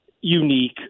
unique